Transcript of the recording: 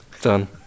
Done